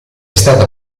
stata